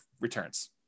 returns